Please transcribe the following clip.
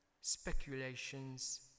speculations